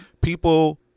People